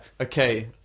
okay